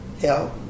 help